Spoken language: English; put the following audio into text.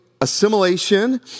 assimilation